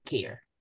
care